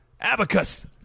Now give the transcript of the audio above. abacus